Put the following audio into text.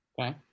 okay